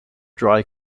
dry